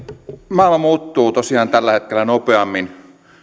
maailma muuttuu tosiaan tällä hetkellä nopeammin